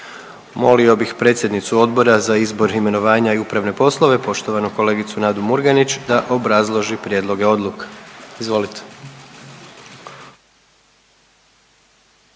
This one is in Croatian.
Molio bih predsjednicu Odbora za izbora, imenovanja i upravne poslove poštovanu kolegicu Nadu Murganić da obrazloži prijedloge odluka, izvolite.